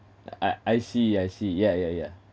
uh I see I see yeah yeah yeah